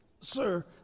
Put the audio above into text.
Sir